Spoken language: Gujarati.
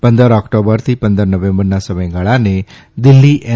પંદર ઓક્ટોબરથી પંદર નવેમ્બરના સમયગાળાને દિલ્હી એન